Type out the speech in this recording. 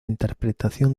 interpretación